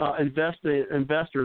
investors